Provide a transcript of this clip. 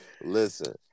Listen